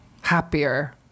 Happier